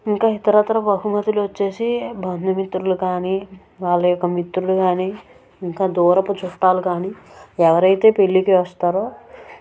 ఇంకా ఇతర ఇతర బహుమతులు వచ్చేసి బంధుమిత్రులు కాని ఇంకా దూరపు చుట్టాలు కానీ ఎవరైతే పెళ్లికి వస్తారో